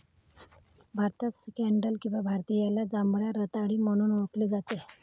भारतात स्कँडल किंवा भारतीयाला जांभळ्या रताळी म्हणून ओळखले जाते